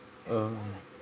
uh